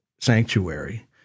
sanctuary